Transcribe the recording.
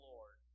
Lord